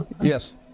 Yes